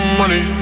money